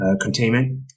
containment